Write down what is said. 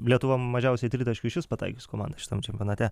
lietuva mažiausiai tritaškių pataikius komanda šitam čempione